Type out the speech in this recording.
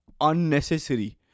unnecessary